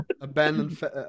Abandoned